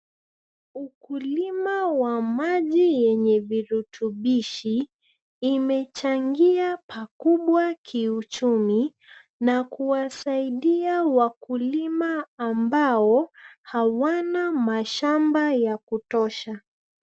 Ukulima wa maji yenye virutubishi. Imechangia pakubwa kiuchumi, na kuwasaidia wakulima ambao hawana mashamba ya kutosha